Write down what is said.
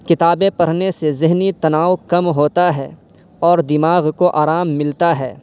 کتابیں پڑھنے سے ذہنی تناؤ کم ہوتا ہے اور دماغ کو آرام ملتا ہے